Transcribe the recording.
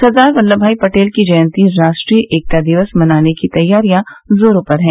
सरदार वल्लभ भाई पटेल की जयंती राष्ट्रीय एकता दिवस मनाने की तैयारियां जोरों पर है